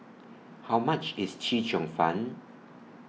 How much IS Chee Cheong Fun